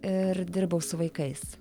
iir dirbau su vaikais